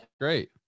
great